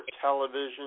television